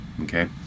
okay